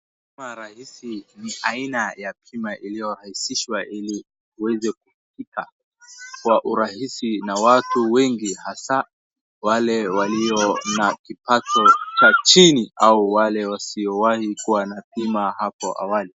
Bima rahisi ni aina ya bima iliyorahisishwa ili kuweza kufika kwa urahisi na watu wengi hasa wale walio na kipato cha chini au wale wasiowahi kuwa na bima hapo awali.